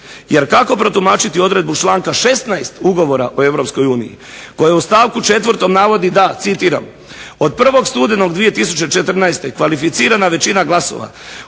Jer kako protumačiti odredbu članka 16. ugovora o europskoj uniji koji u stavku 4. navodi da citiram: "Od 1. studenog 2014. kvalificirana većina glasova